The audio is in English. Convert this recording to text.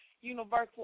universal